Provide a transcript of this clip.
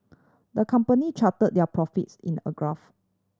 the company charted their profits in a graph